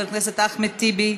חבר הכנסת אחמד טיבי,